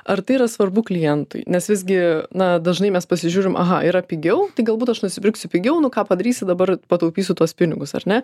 ar tai yra svarbu klientui nes visgi na dažnai mes pasižiūrim aha yra pigiau tai galbūt aš nusipirksiu pigiau nu ką padarysi dabar pataupysiu tuos pinigus ar ne